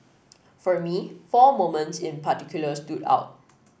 for me four moments in particular stood out